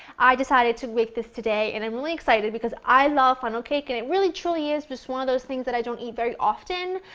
i decided to make this today and i'm really excited because i love funnel cakes. and it really, truly is just one of those things that i don't really eat very often.